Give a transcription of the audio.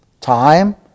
Time